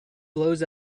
blows